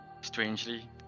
strangely